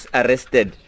arrested